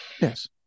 yes